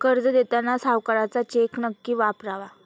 कर्ज देताना सावकाराचा चेक नक्की वापरावा